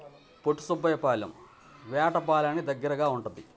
పొట్టి సుబ్బయ్య పాలెం వేటపాలానికి దగ్గెరగా ఉంటది